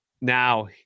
Now